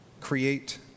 Create